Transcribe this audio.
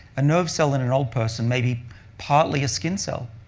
a nerve cell in an old person maybe partly a skin cell.